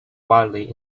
wildly